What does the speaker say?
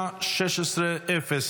התקבלה בקריאה השנייה והשלישית,